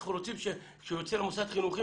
אנחנו רוצים שעם יציאתו למוסד חינוכי,